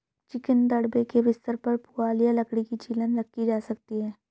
chicken दड़बे के बिस्तर पर पुआल या लकड़ी की छीलन रखी जा सकती है